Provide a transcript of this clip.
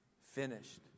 Finished